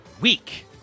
week